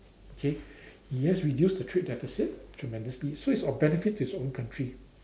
okay he has reduced the trade deficit tremendously so it's of benefit to his own country